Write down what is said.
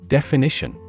Definition